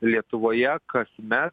lietuvoje kasmet